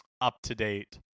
up-to-date